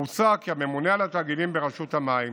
מוצע כי הממונה על התאגידים ברשות המים